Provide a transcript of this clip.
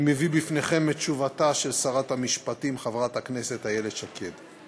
אני מביא בפניכם את תשובתה של שרת המשפטים חברת הכנסת איילת שקד.